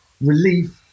relief